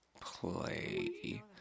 play